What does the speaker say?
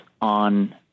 on